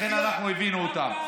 לכן אנחנו הבאנו אותם.